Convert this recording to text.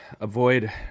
avoid